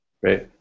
Great